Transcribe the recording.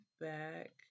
back